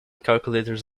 calculators